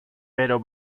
pero